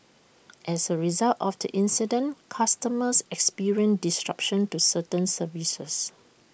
as A result of the incident customers experienced disruption to certain services